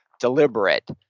deliberate